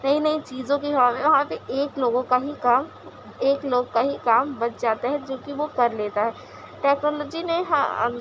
نئی نئی چیزوں کی وہاں پہ ایک لوگوں کا ہی کام ایک لوگ کا ہی کام بچ جاتا ہے جوکہ وہ کر لیتا ہے ٹیکنالوجی نے ہاں